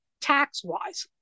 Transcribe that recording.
tax-wise